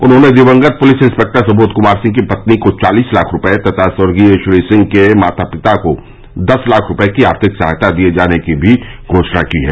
उन्होने दिवंगत police inspector Subodh Kumar Singh की पली को चालीस लाख रुपये तथा स्वर्गीय श्री सिंह के माता पिता को दस लाख लाख रुपये की आर्थिक सहायता दिए जाने की भी घोषणा की है